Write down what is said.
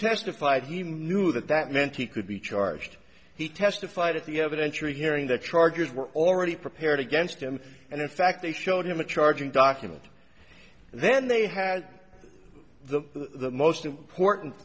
testified he knew that that meant he could be charged he testified at the evidentiary hearing the charges were already prepared against him and in fact they showed him a charging document and then they had the most important